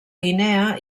guinea